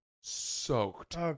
soaked